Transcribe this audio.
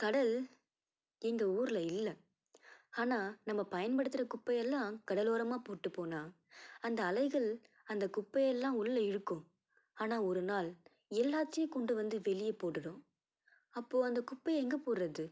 கடல் எங்கள் ஊரில் இல்லை ஆனால் நம்ம பயன்படுத்துகிற குப்பை எல்லாம் கடல் ஓரமாக போட்டு போனால் அந்த அலைகள் அந்த குப்பை எல்லாம் உள்ள இழுக்கும் ஆனால் ஒரு நாள் எல்லாத்தையும் கொண்டு வந்து வெளியே போட்டுவிடும் அப்போ அந்த குப்பையை எங்கே போடுறது